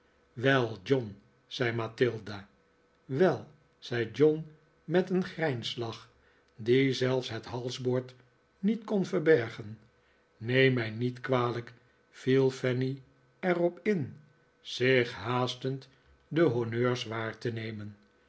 wel john zei mathilda wel zei john met een grijnslach die zelfs het halsboord niet kon verbergen neem mij niet kwalijk viel fanny er op in zich haastend de honneurs waar te nemen